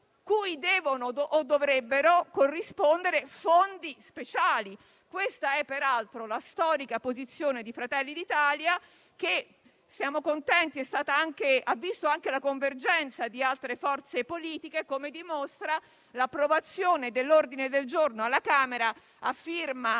cui devono o dovrebbero corrispondere fondi speciali. Questa è peraltro la storica posizione di Fratelli d'Italia, che siamo contenti abbia visto anche la convergenza di altre forze politiche, come dimostra l'approvazione dell'ordine del giorno alla Camera a firma